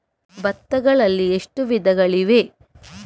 ಭತ್ತಗಳಲ್ಲಿ ಎಷ್ಟು ವಿಧಗಳಿವೆ?